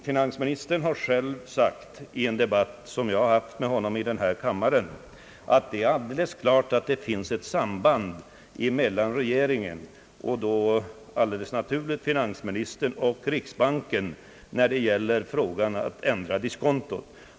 Finansministern har själv sagt i en debatt som jag haft med honom här i kammaren, att det är alldeles klart att ett samband finns mellan regeringen — och då helt naturligt finansministern — och riksbanken när det gäller att ändra diskontot.